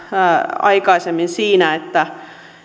aikaisemmin siinä että